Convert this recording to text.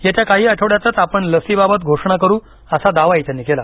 येत्या काही आठवड्यांतच आपण लसीबाबत घोषणा करू असा दावाही त्यांनी केला